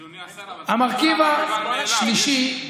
אדוני השר, אבל אתה אומר את המובן מאליו.